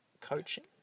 coaching